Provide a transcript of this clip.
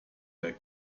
der